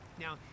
now